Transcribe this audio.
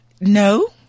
no